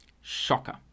shocker